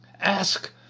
Ask